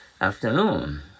afternoon